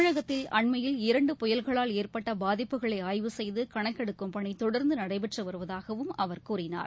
தமிழகத்தில் அண்மையில் இரண்டு புயல்களால் ஏற்பட்ட பாதிப்புகளை ஆய்வு செய்து கணக்கெடுக்கும் பணி தொடர்ந்து நடைபெற்று வருவதாகவும் அவர் கூறினார்